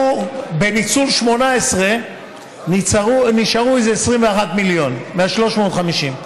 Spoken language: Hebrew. בניצול 2018 נשארו איזה 21 מיליון מה-350,